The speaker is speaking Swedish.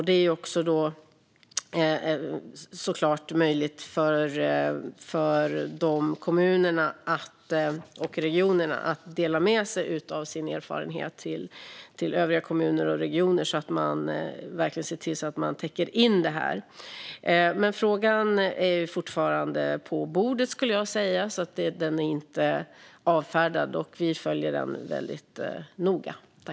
Det är såklart också möjligt för kommunerna och regionerna att dela med sig av sina erfarenheter till övriga kommuner och regioner så att man verkligen ser till att man täcker in det här. Frågan är fortfarande på bordet och inte avfärdad. Vi följer den väldigt noga.